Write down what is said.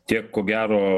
tiek ko gero